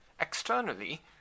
Externally